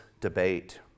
debate